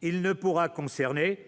il ne pourra concerner